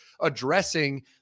addressing